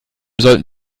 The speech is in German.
sollten